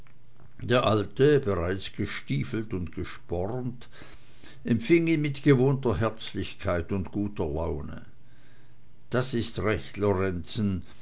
der alte bereits gestiefelt und gespornt empfing ihn mit gewohnter herzlichkeit und guter laune das ist recht lorenzen